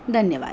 धन्यवाद